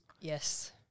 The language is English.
Yes